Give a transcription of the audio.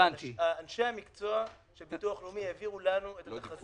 אנשי המקצוע של הביטוח הלאומי העבירו לנו את התחזית